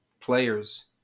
players